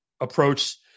approach